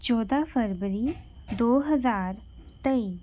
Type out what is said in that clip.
ਚੌਦਾਂ ਫਰਵਰੀ ਦੋ ਹਜ਼ਾਰ ਤੇਈ